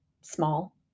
small